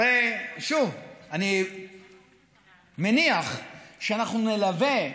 הרי אני מניח שאנחנו נלַווה,